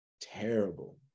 terrible